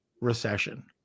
recession